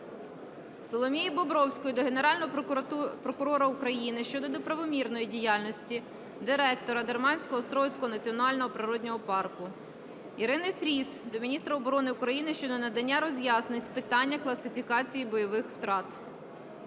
Соломії Бобровської до Генерального прокурора України щодо неправомірної діяльності директора Дермансько-Острозького Національного природного парку. Ірини Фріз до міністра оборони України щодо надання роз'яснень з питання класифікації бойових втрат.